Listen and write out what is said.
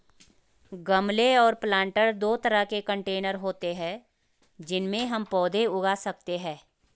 गमले और प्लांटर दो तरह के कंटेनर होते है जिनमें हम पौधे उगा सकते है